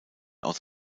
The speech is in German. aus